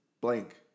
blank